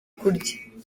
kurya